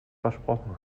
versprochen